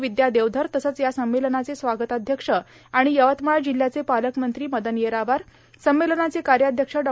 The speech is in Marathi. विदया देवधर तसंच या संमेलनाचे स्वागताध्यक्ष आर्गण यवतमाळ जिल्ह्याचे पालकमंत्री मदन येरावार संमेलनाचे कायाध्यक्ष डॉ